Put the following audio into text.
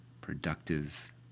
productive